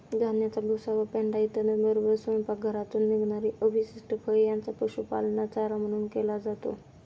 धान्याचा भुसा व पेंढा इत्यादींबरोबरच स्वयंपाकघरातून निघणारी अवशिष्ट फळे यांचा पशुपालनात चारा म्हणून केला जातो